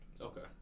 Okay